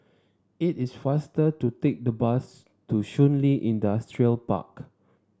it is faster to take the bus to Shun Li Industrial Park